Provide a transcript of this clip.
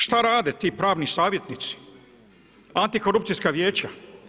Šta rade ti pravni savjetnici, antikorupcijska vijeća?